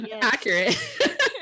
Accurate